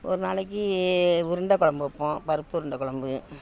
ஒரு நாளைக்கு உருண்டக்கொழம்பு வைப்போம் பருப்பு உருண்டக்கொழம்பு